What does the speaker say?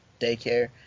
daycare